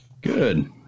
Good